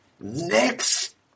Next